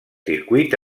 circuit